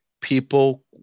people